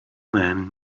man